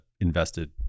invested